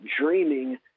dreaming